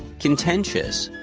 contentious,